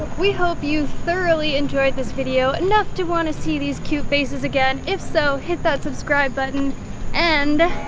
we hope you thoroughly enjoyed this video enough to want to see these cute faces again. if so, hit that subscribe button and